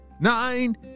nine